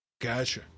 Gotcha